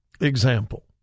example